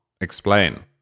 explain